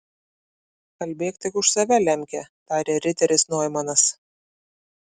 kalbėk tik už save lemke tarė riteris noimanas